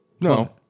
no